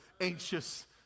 anxious